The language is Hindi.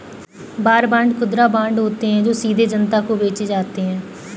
वॉर बांड खुदरा बांड होते हैं जो सीधे जनता को बेचे जाते हैं